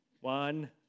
One